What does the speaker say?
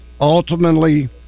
ultimately